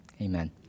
amen